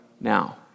now